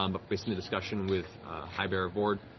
um but based on the discussion with highbearer vord,